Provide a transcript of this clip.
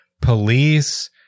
police